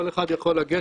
כל אחד יכול לגשת,